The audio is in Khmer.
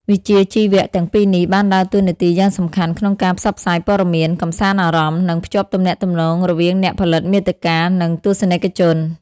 វិជ្ជាជីវៈទាំងពីរនេះ បានដើរតួនាទីយ៉ាងសំខាន់ក្នុងការផ្សព្វផ្សាយព័ត៌មាន កម្សាន្តអារម្មណ៍ និងភ្ជាប់ទំនាក់ទំនងរវាងអ្នកផលិតមាតិកា និងទស្សនិកជន។